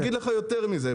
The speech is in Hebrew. אגיד לך יותר מזה,